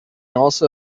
also